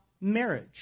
marriage